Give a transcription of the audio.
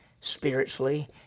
spiritually